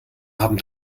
haben